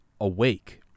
awake